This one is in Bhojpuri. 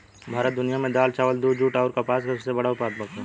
भारत दुनिया में दाल चावल दूध जूट आउर कपास के सबसे बड़ उत्पादक ह